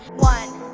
one,